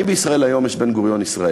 האם בישראל של היום יש בן-גוריון ישראלי?